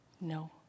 No